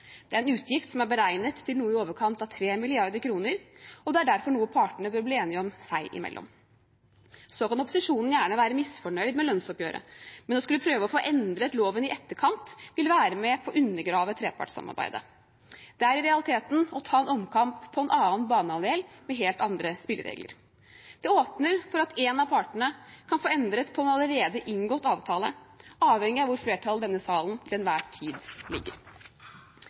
Det er en utgift som er beregnet til noe i overkant av 3 mrd. kr, og det er derfor noe partene bør bli enige om seg imellom. Så kan opposisjonen gjerne være misfornøyd med lønnsoppgjøret, men å skulle prøve å få endret loven i etterkant vil være med på å undergrave trepartssamarbeidet. Det er i realiteten å ta en omkamp på en annen banehalvdel med helt andre spilleregler. Det åpner for at en av partene kan få endret på en allerede inngått avtale, avhengig av hvor flertallet i denne salen til enhver tid ligger.